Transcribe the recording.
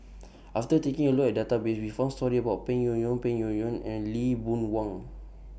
after taking A Look At The Database We found stories about Peng Yuyun Peng Yuyun and Lee Boon Wang